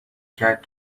کرد